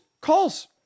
calls